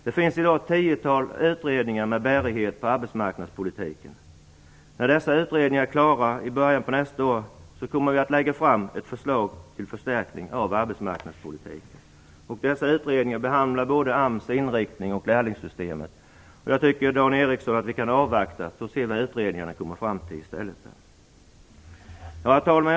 Det finns i dag ett tiotal utredningar med bärighet på arbetsmarknadspolitiken. När dessa utredningar är klara i början på nästa år kommer vi att lägga fram ett förslag till förstärkning av arbetsmarknadspolitiken. Dessa utredningar behandlar både AMS inriktning och lärlingssystemet. Jag tycker att vi kan avvakta och se vad utredningarna kommer fram till, Dan Ericsson. Herr talman!